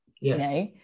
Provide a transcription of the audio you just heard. Yes